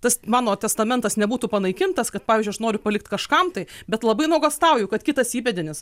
tas mano testamentas nebūtų panaikintas kad pavyzdžiui aš noriu palikt kažkam tai bet labai nuogąstauju kad kitas įpėdinis